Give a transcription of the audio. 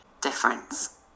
difference